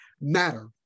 matter